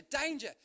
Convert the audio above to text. danger